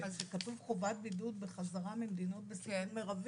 כתוב חובת בידוד בחזרה ממדינות בסיכון מרבי.